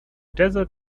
desert